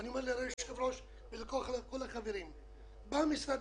אני אומר ליושב-ראש ולכל החברים: בא משרד